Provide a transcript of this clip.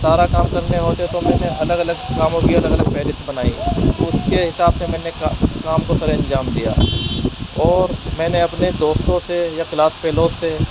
سارا کام کرنے ہوتے تو میں نے الگ الگ کاموں کی الگ الگ فہرست بنائی اس کے حساب سے میں نے کا کام کو سر انجام دیا اور میں نے اپنے دوستوں سے یا کلاس فیلو سے